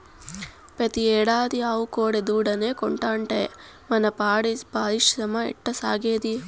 పెతీ ఏడాది ఆవు కోడెదూడనే కంటాంటే మన పాడి పరిశ్రమ ఎట్టాసాగేది